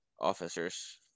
officers